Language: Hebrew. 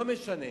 לא משנה.